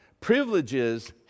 privileges